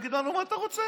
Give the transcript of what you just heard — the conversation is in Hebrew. תגיד לנו מה אתה רוצה.